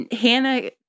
Hannah